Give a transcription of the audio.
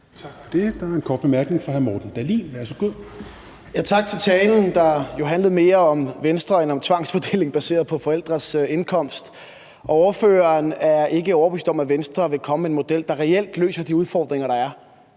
Tak for det. Der er en kort bemærkning fra hr. Morten Dahlin. Værsgo. Kl. 17:16 Morten Dahlin (V): Tak for talen, der handlede mere om Venstre end om tvangsfordeling baseret på forældres indkomst. Ordføreren er ikke overbevist om, at Venstre vil komme med en model, der reelt løser de udfordringer, der er.